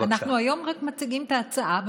היום אנחנו רק מציגים את ההצעה,